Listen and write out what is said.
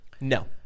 No